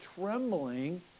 trembling